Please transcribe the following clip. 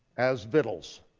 as vittles.